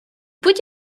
будь